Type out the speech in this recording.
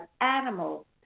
animals